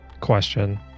question